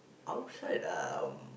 outside um